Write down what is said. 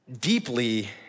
deeply